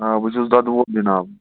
آ بہٕ چھُس دۄدٕ وول جناب